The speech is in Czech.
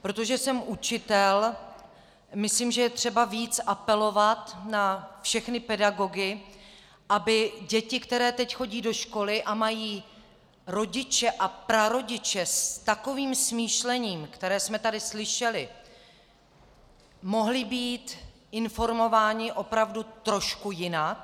Protože jsem učitel, myslím, že je třeba víc apelovat na všechny pedagogy, aby děti, které teď chodí do školy a mají rodiče a prarodiče s takovým smýšlením, které jsme tady slyšeli, mohly být informovány opravdu trošku jinak.